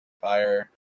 fire